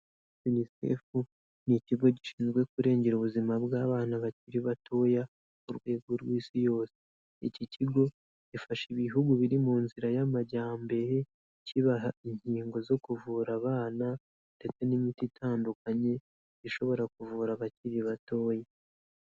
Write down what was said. UNICEF ni ikigo gishinzwe kurengera ubuzima bw'abana bakiri batoya, ku rwego rw'isi yose. Iki kigo gifasha ibihugu biri mu nzira y'amajyambere, kibaha inkingo zo kuvura abana, ndetse n'imiti itandukanye, ishobora kuvura abakiri batoya.